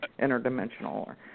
interdimensional